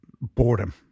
boredom